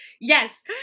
yes